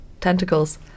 tentacles